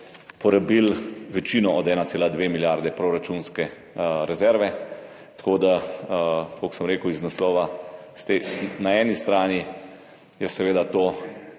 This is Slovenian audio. porabilo večino od 1,2 milijarde proračunske rezerve. Tako da, kot sem rekel, je to na eni strani seveda v